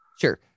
Sure